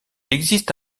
existe